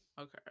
Okay